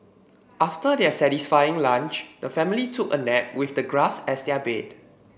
after their satisfying lunch the family took a nap with the grass as their bed